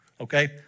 okay